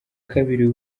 kabiri